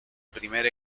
primer